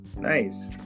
Nice